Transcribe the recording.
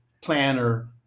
planner